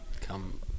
come